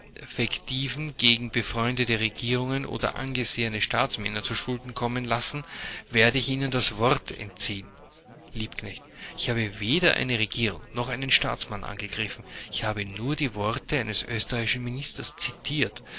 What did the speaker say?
invektiven gegen befreundete regierungen oder angesehene staatsmänner zuschulden kommen lassen werde ich ihnen das wort entziehen liebknecht ich habe weder eine regierung noch einen staatsmann angegriffen ich habe nur die worte eines österreichischen ministers zitiert